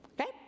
okay